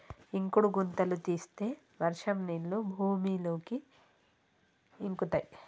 ఇంకుడు గుంతలు తీస్తే వర్షం నీళ్లు భూమిలోకి ఇంకుతయ్